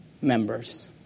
members